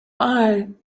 bye